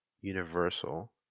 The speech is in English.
universal